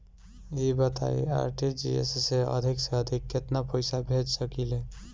ई बताईं आर.टी.जी.एस से अधिक से अधिक केतना पइसा भेज सकिले?